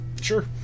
Sure